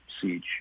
siege